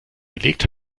gelegt